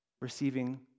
receiving